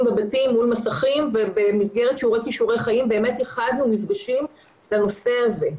בבתים מול מסכים ובמסגרת שיעורי כישורי חיים ייחדנו מפגשים בנושא הזה.